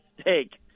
stake